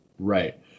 Right